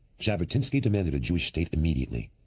jabotinsky demanded a jewish state immediately,